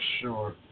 sure